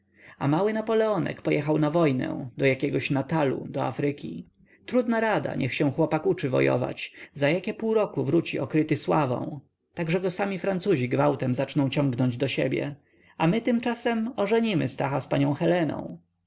a mały napoleonek pojechał na wojnę do jakiegoś natalu do afryki trudna rada niech się chłopak uczy wojować za jakie pół roku wróci okryty sławą tak że go sami francuzi gwałtem zaczną ciągnąć do siebie a my tymczasem ożenimy stacha z panią heleną